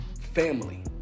family